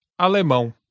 alemão